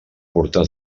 portar